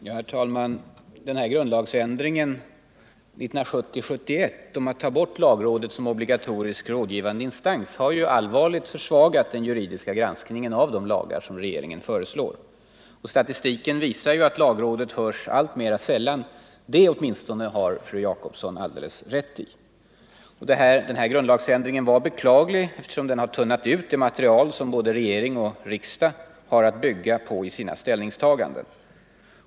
Herr talman! Grundlagsändringen 1970-1971, som innebar att lagrådet togs bort som obligatoriskt rådgivande instans, har allvarligt försvagat den juridiska granskningen av de lagar som regeringen föreslår. Statistiken visar ju att lagrådet hörs alltmera sällan; åtminstone det har fru Jacobsson alldeles rätt i. Den här grundlagsändringen är beklaglig, eftersom den har tunnat ut det material som både regering och riksdag har att bygga på i sina ställningstaganden.